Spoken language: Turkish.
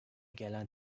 gelen